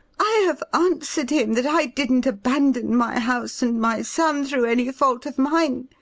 i have answered him that i didn't abandon my house and my son through any fault of mine,